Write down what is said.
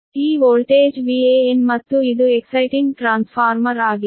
ಈ voltage Van ಮತ್ತು ಇದು ಎಕ್ಸೈಟಿಂಗ್ ಟ್ರಾನ್ಸ್ಫಾರ್ಮರ್ ಆಗಿದೆ